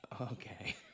okay